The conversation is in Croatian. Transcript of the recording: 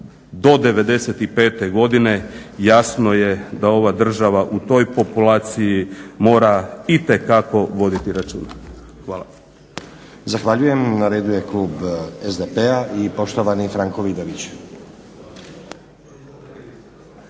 do '95. godine jasno je da ova država o toj populaciji mora itekako voditi računa. Hvala.